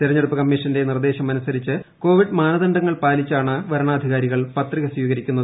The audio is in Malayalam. തെരഞ്ഞെടുപ്പ് കമീഷന്റെ നിർദേശമനുസരിച്ച് കോവിഡ് മാനദണ്ഡങ്ങൾ പാലിച്ചാണ് വരണാധികാരികൾ പത്രിക സ്വീകരിക്കുന്നത്